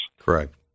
correct